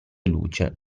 luce